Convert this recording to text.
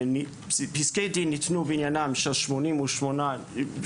פסקי דין ניתנו בעניינם של 87 נאשמים,